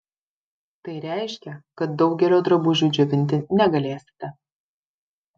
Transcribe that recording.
tai reiškia kad daugelio drabužių džiovinti negalėsite